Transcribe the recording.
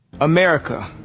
america